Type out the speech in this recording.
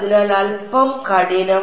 അതിനാൽ അൽപ്പം കഠിനം